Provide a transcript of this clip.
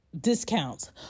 discounts